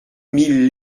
mille